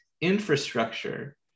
infrastructure